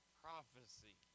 prophecy